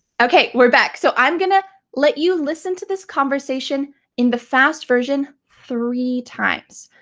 okay we're back, so i'm gonna let you listen to this conversation in the fast version three times.